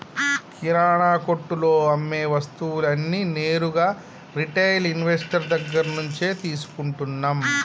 కిరణా కొట్టులో అమ్మే వస్తువులన్నీ నేరుగా రిటైల్ ఇన్వెస్టర్ దగ్గర్నుంచే తీసుకుంటన్నం